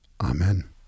Amen